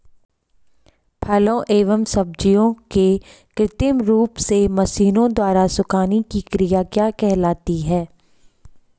फलों एवं सब्जियों के कृत्रिम रूप से मशीनों द्वारा सुखाने की क्रिया क्या कहलाती है?